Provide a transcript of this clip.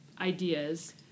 ideas